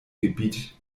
gebiet